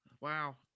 Wow